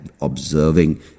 observing